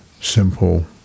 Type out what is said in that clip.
simple